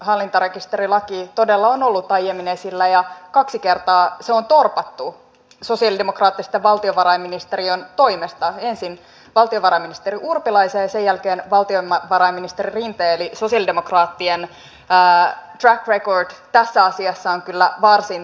hallintarekisterilaki todella on ollut aiemmin esillä ja kaksi kertaa se on torpattu sosialidemokraattisten valtionvarainministereiden toimesta ensin valtiovarainministeri urpilaisen ja sen jälkeen valtiovarainministeri rinteen eli sosialidemokraattien track record tässä asiassa on kyllä varsin yhdensuuntainen